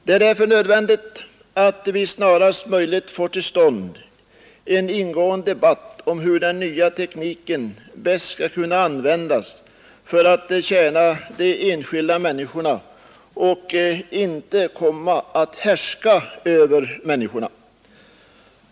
Det är därför nödvändigt att vi snarast möjligt får till stånd en ingående debatt om hur den nya tekniken bäst skall kunna användas för att tjäna de enskilda människorna och inte komma att härska över människorna.